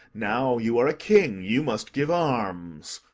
now you are a king, you must give arms.